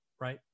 right